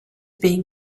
being